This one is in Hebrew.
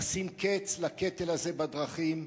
כולל הרשות לבטיחות בדרכים,